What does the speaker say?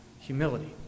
humility